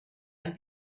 and